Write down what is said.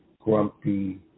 Grumpy